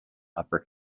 upper